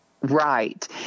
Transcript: Right